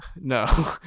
no